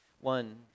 one